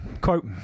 quote